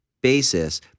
basis